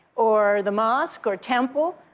or the mosque or temple,